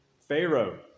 Pharaoh